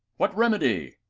what remedy?